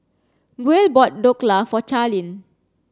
Buel bought Dhokla for Charlene